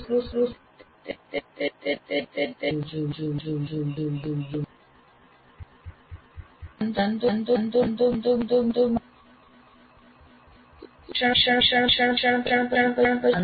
શીખવાના મૂળભૂત સિદ્ધાંતોમાંથી એક એ છે કે શિક્ષાર્થીએ પ્રશિક્ષણ પછી ન્યૂનતમ સમયના અંતરાલમાં નવી માહિતી અને કૌશલને લાગુ કરવું જોઈએ